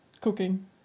cooking